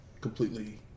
completely